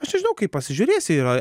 aš nežinau kaip pasižiūrėsi yra